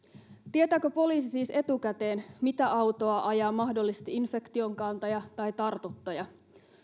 tietääkö poliisi siis etukäteen mitä autoa ajaa mahdollisesti infektion kantaja tai tartuttaja